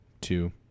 two